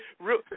real